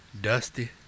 Dusty